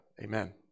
Amen